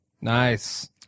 Nice